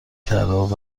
طراح